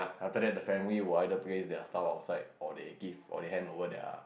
after that the family will either place their stuff outside or they give or they hand over their